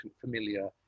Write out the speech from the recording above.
familiar